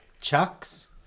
Chucks